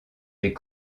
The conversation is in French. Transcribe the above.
les